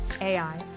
AI